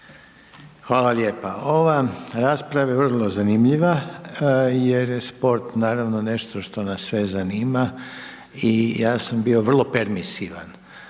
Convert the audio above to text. Željko (HDZ)** Ova rasprava je vrlo zanimljiva jer je sport naravno nešto što nas sve zanima i ja sam bio vrlo permisivan,